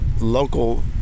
local